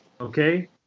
Okay